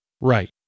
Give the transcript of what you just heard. right